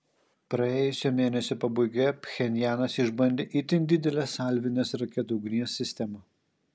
praėjusio mėnesio pabaigoje pchenjanas išbandė itin didelę salvinės raketų ugnies sistemą